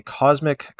cosmic